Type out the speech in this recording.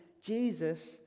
Jesus